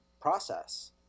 process